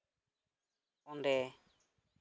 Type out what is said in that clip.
ᱚᱸᱰᱮ